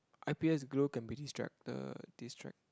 I_P_S glow can be distractor distract